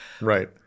Right